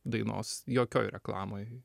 dainos jokioj reklamoj